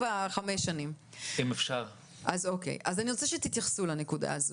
אני רוצה שתתייחסו לנקודה הזו.